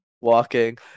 walking